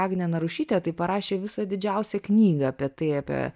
agnė narušytė tai parašė visą didžiausią knygą apie tai apie